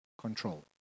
control